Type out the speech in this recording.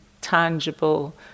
tangible